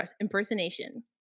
Impersonation